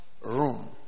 room